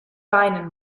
weinen